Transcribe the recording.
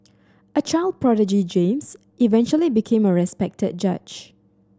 a child prodigy James eventually became a respected judge